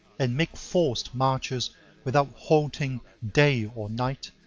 and make forced marches without halting day or night,